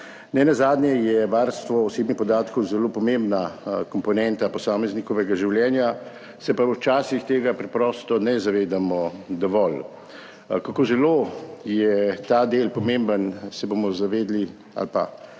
Nenazadnje je varstvo osebnih podatkov zelo pomembna komponenta posameznikovega življenja, se pa včasih tega preprosto ne zavedamo dovolj. Kako zelo je ta del pomemben, se bomo zavedali ali pa